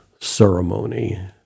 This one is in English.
ceremony